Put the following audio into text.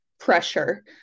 Pressure